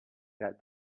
that